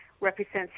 represents